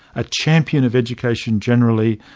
a champion of education generally,